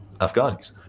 Afghanis